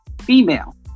female